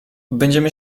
będziemy